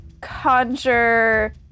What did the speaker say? conjure